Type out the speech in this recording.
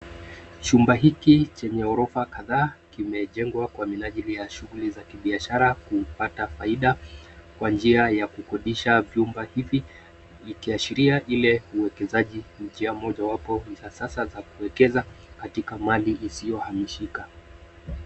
Chumba hiki chenye ghorofa kadhaa ,kimejengwa kwa minajili ya shughuli za kibiashara kupata faida kwa njia ya kukodisha vyumba hivi , ikiashiria ile uekezaji njia mojawapo za sasa za kuwekeza katika mali isiyohamishika.